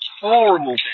Horrible